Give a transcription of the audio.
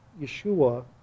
Yeshua